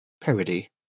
parody